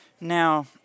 Now